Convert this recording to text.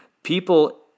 People